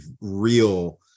real